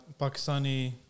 Pakistani